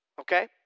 Okay